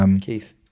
Keith